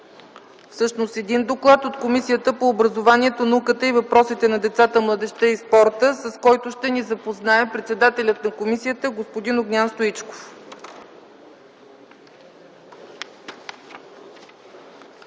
Постъпил е доклад от Комисията по образованието, науката и въпросите на децата, младежта и спорта, с който ще ни запознае председателят на комисията господин Огнян Стоичков.